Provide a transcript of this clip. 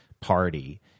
party